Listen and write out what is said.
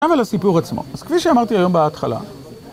אבל לסיפור עצמו. אז כפי שאמרתי היום בהתחלה...